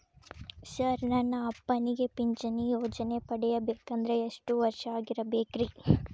Sir ನನ್ನ ಅಪ್ಪನಿಗೆ ಪಿಂಚಿಣಿ ಯೋಜನೆ ಪಡೆಯಬೇಕಂದ್ರೆ ಎಷ್ಟು ವರ್ಷಾಗಿರಬೇಕ್ರಿ?